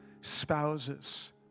spouses